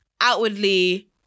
Outwardly